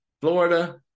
Florida